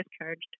discharged